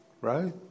right